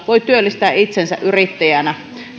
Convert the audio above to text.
voi työllistää itsensä yrittäjänä